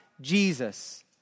Jesus